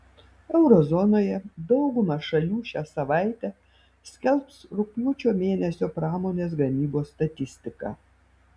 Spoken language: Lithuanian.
euro zonoje dauguma šalių šią savaitę skelbs rugpjūčio mėnesio pramonės gamybos statistiką